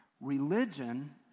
Religion